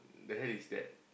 the hell is that